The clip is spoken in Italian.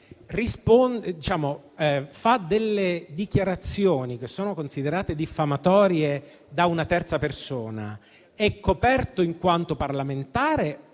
fa delle dichiarazioni che sono considerate diffamatorie da una terza persona, è coperto in quanto parlamentare